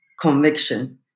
conviction